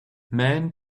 man